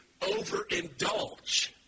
overindulge